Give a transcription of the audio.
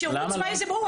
שירות צבאי זה ברור,